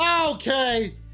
okay